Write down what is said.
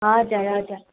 हजुर हजुर